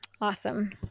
Awesome